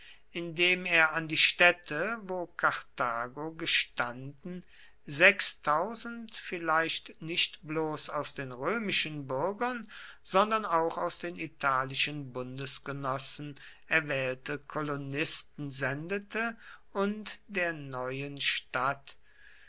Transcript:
indem er an die stätte wo karthago gestanden vielleicht nicht bloß aus den römischen bürgern sondern auch aus den italischen bundesgenossen erwählte kolonisten sendete und der neuen stadt